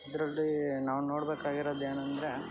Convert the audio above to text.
ಇದರಲ್ಲಿ ನಾವು ನೋಡ್ಬೇಕಾಗಿರೋದು ಏನೆಂದರೆ